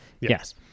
Yes